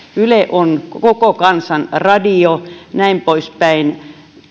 yle on koko kansan radio näin poispäin